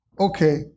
okay